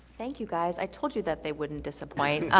thank you guys. i told you that they wouldn't disappoint.